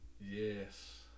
Yes